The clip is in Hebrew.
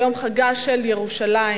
ביום חגה של ירושלים,